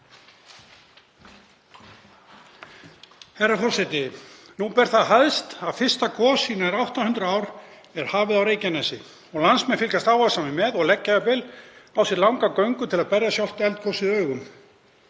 Herra forseti. Nú ber það hæst að fyrsta gos í nær 800 ár er hafið á Reykjanesskaga. Landsmenn fylgjast áhugasamir með og leggja jafnvel á sig langa göngu til að berja sjálft eldgosið augum.